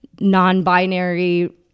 non-binary